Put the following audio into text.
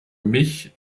mich